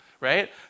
right